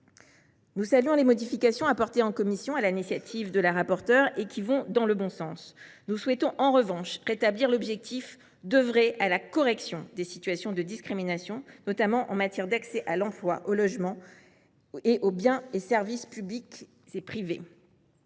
Nous saluons les modifications apportées en commission sur l’initiative de Mme la rapporteure : elles vont dans le bon sens. Nous souhaitons, en revanche, rétablir l’objectif d’œuvrer « à la correction des situations de discrimination, notamment en matière d’accès à l’emploi, au logement et aux biens et services publics ou privés